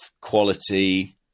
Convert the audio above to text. quality